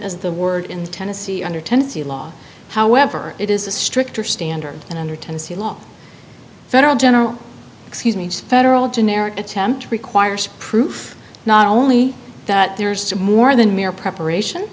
as the word in tennessee under tennessee law however it is a stricter standard and under tennessee law federal general excuse me federal generic attempt requires proof not only that there's more than mere preparation